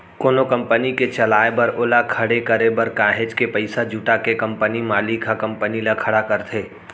कोनो कंपनी के चलाए बर ओला खड़े करे बर काहेच के पइसा जुटा के कंपनी मालिक ह कंपनी ल खड़ा करथे